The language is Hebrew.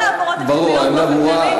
לא על העברות תקציביות באופן כללי,